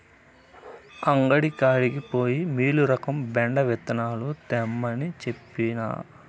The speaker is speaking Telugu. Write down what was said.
అంగడి కాడికి పోయి మీలురకం బెండ విత్తనాలు తెమ్మంటే, తెచ్చినవా